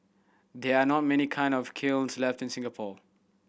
there are not many kilns left in Singapore